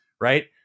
Right